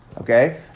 okay